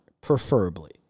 preferably